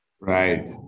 Right